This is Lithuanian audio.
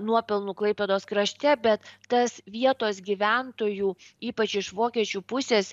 nuopelnų klaipėdos krašte bet tas vietos gyventojų ypač iš vokiečių pusės